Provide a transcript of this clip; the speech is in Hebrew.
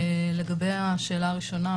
לגבי השאלה הראשונה,